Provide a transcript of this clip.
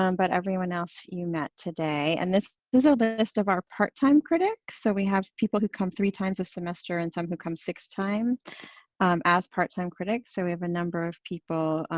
um but everyone else you met today. and this is the list of our part-time critics. so we have people who come three times a semester and some who come six times as part-time critics. so we have a number of people,